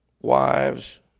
Wives